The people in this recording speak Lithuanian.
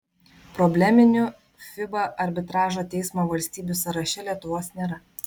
probleminių fiba arbitražo teismo valstybių sąraše lietuvos nėra